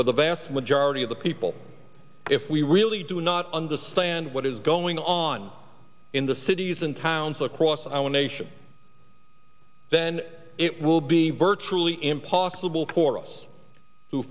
for the vast majority of the people if we really do not understand what is going on in the cities and towns across i want a show then it will be virtually impossible for us to